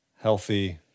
healthy